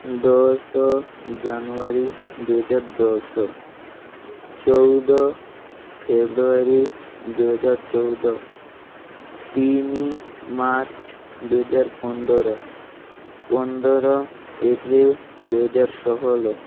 ଦଶ ଜାନୁଆରୀ ଦୁଇ ହଜାର ଦଶ ଚଉଦ ଫେବୃଆରୀ ଦୁଇ ହଜାର ଚଉଦ ତିନି ମାର୍ଚ୍ଚ ଦୁଇ ହଜାର ପନ୍ଦର ପନ୍ଦର ଏପ୍ରିଲ ଦୁଇ ହଜାର ଷୋହଳ